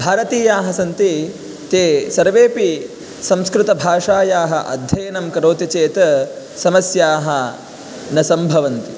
भारतीयाः सन्ति ते सर्वेपि संस्कृतभाषायाः अध्ययनं करोति चेत् समस्याः न सम्भवन्ति